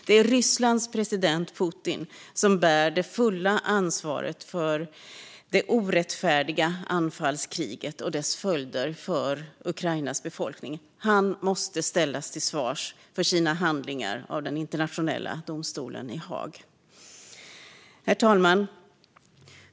Det är Rysslands president Putin som bär det fulla ansvaret för det orättfärdiga anfallskriget och dess följder för Ukrainas befolkning. Han måste ställas till svars för sina handlingar av den internationella domstolen i Haag. Herr talman!